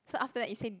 so after that you sing